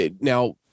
now